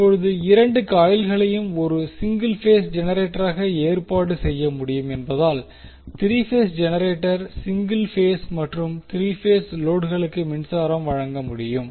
இப்போது இரண்டு காயில்களையும் ஒரு சிங்கிள் பேஸ் ஜெனரேட்டராக ஏற்பாடு செய்ய முடியும் என்பதால் 3 பேஸ் ஜெனரேட்டர் சிங்கிள் பேஸ் மற்றும் 3 பேஸ் லோடுகளுக்கு மின்சாரம் வழங்க முடியும்